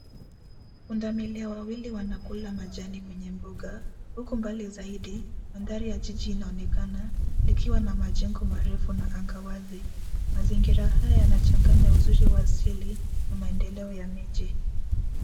Pundamilia wawili wanakula majani kwenye mbuga, huku mbali zaidi mandhari ya jiji inaonekana likiwa na majengo marefu na anga wazi. Mazingira haya yanachanganya uzuri wa asili na maendeleo ya miji.